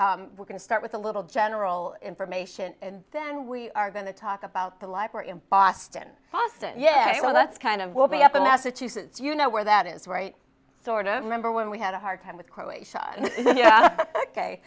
to start with a little general information and then we are going to talk about the library in boston boston yeah well that's kind of we'll be up in massachusetts you know where that is right sort of remember when we had a hard time with croatia